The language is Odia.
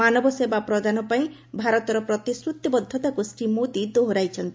ମାନବସେବା ପ୍ରଦାନ ପାଇଁ ଭାରତର ପ୍ରତିଶ୍ରତିବଦ୍ଧତାକୁ ଶ୍ରୀ ମୋଦୀ ଦୋହରାଇଛନ୍ତି